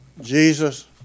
Jesus